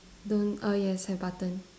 don't err yes have button